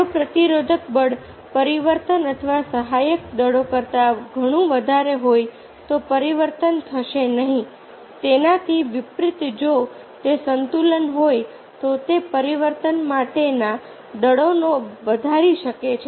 જો પ્રતિરોધક બળ પરિવર્તન અથવા સહાયક દળો કરતાં ઘણું વધારે હોય તો પરિવર્તન થશે નહીં તેનાથી વિપરીત જો તે સંતુલન હોય તો તે પરિવર્તન માટેના દળોને વધારી શકે છે